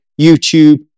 YouTube